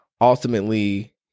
ultimately